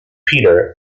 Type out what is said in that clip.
peter